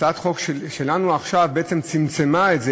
הצעת החוק שלנו עכשיו בעצם צמצמה את זה,